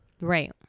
Right